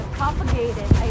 propagated